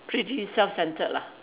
pretty self centred lah